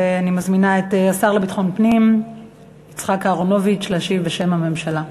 ואני מזמינה את השר לביטחון פנים יצחק אהרונוביץ להשיב בשם הממשלה.